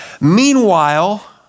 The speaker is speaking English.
Meanwhile